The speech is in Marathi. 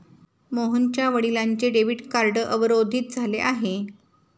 मोहनच्या वडिलांचे डेबिट कार्ड अवरोधित झाले आहे